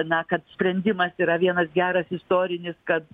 na kad sprendimas yra vienas geras istorinis kad